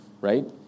right